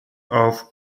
auf